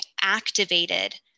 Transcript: activated